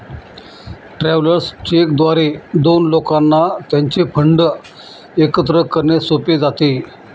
travellers cheque द्वारे दोन लोकांना त्यांचे फंड एकत्र करणे सोपे जाते